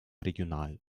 regional